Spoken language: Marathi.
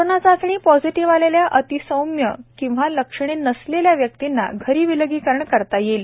कोरोना चाचणी पॉझीटिव्ह आलेल्या अतिसौम्य किंवा लक्षणे नसलेल्या व्यक्तींना घरी विलगीकरण करता येईल